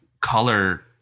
color